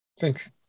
Thanks